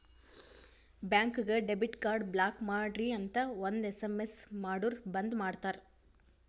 ಬ್ಯಾಂಕ್ಗ debit card block ಮಾಡ್ರಿ ಅಂತ್ ಒಂದ್ ಎಸ್.ಎಮ್.ಎಸ್ ಮಾಡುರ್ ಬಂದ್ ಮಾಡ್ತಾರ